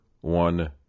one